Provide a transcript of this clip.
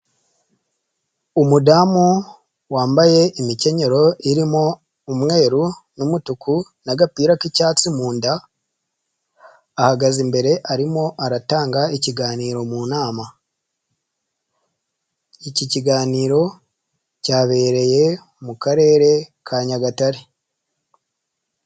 Umudamu wambaye imikenyero irimo umweru n'umutuku n'agapira k'icyatsi mu nda, ahagaze imbere arimo aratanga ikiganiro mu nama. Iki kiganiro cyabereye mu Karere ka Nyagatare